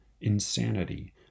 insanity